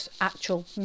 actual